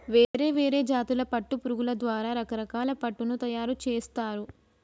వేరే వేరే జాతుల పట్టు పురుగుల ద్వారా రకరకాల పట్టును తయారుచేస్తారు